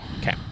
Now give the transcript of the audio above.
Okay